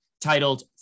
titled